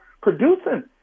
producing